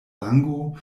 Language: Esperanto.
lango